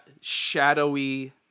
shadowy